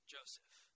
Joseph